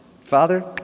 Father